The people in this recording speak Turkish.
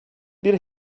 bir